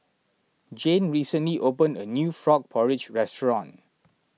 Jane recently opened a new Frog Porridge restaurant